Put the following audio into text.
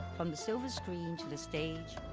from the silver screen to the stage.